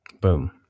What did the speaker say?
boom